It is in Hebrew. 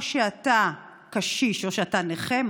או שאתה קשיש או שאתה נכה,